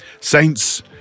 Saints